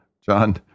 John